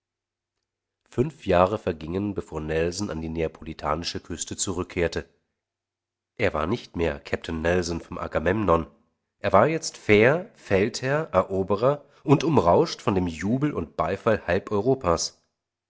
fünf jahre vergingen bevor nelson an die neapolitanische küste zurückkehrte er war nicht mehr kapitän nelson vom agamemnon er war jetzt fair feldherr eroberer und umrauscht von dem jubel und beifall halb europas